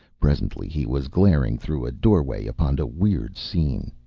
presently he was glaring through a doorway upon a weird scene.